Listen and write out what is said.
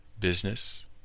business